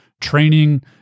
training